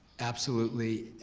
absolutely